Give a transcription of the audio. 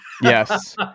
Yes